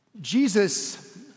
Jesus